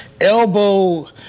elbow